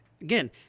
again